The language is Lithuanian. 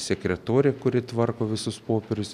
sekretorę kuri tvarko visus popierius